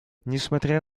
несмотря